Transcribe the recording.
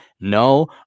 No